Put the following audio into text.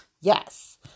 Yes